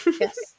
yes